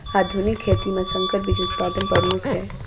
आधुनिक खेती म संकर बीज उत्पादन प्रमुख हे